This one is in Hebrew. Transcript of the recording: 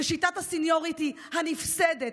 שיטת הסניוריטי הנפסדת,